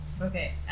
Okay